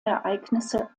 ereignisse